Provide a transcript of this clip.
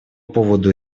поводу